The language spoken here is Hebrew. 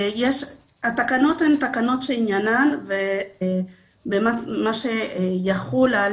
התקנות הן תקנות שעניינן מה שיחול על